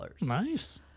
Nice